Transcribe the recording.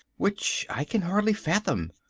which i can hardly fathom.